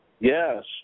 Yes